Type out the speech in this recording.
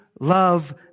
love